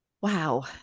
Wow